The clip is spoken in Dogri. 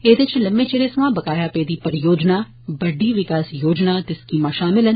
एहृदे च लम्मे चिरे थमां बकाया पेदी परियोजना बड्डी विकास योजना ते स्कीमां शामल न